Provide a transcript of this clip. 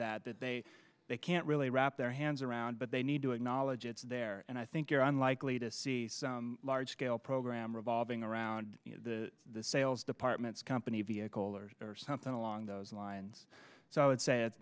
that that they they can't really wrap their hands around but they need to acknowledge it's there and i think you're unlikely to see large scale program revolving around the sales departments company vehicle or something along those lines so i would say it's